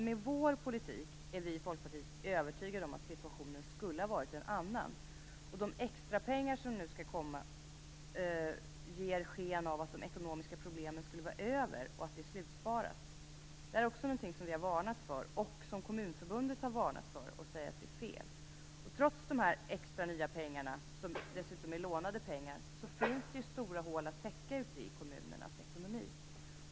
Med vår politik är vi övertygade om att situationen skulle ha varit en annan. De extra pengar som nu skall komma ger sken av att de ekonomiska problemen skulle vara över och att det nu är slutsparat. Vi har varnat för detta, och Kommunförbundet har varnat för det och säger att det är fel. Trots de extra pengarna, dessutom lånade pengar, finns det stora hål att täcka i kommunernas ekonomi.